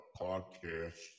podcast